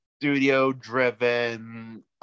Studio-driven